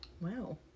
Wow